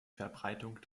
verbreitung